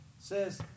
Says